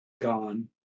gone